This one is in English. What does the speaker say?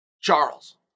Charles